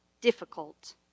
difficult